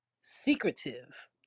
secretive